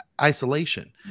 isolation